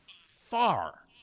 far